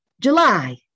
July